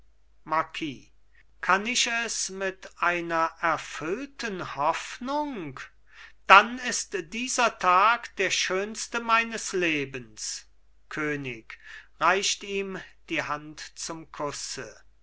marquis kann ich es mit einer erfüllten hoffnung dann ist dieser tag der schönste meines lebens könig reicht ihm die hand zum kusse